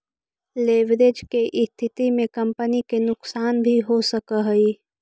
leverage के स्थिति में कंपनी के नुकसान भी हो सकऽ हई